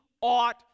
ought